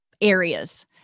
areas